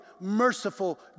merciful